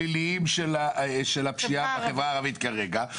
תורידי את הפליליים של הפשיעה בחברה הערבית כרגע,